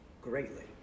greatly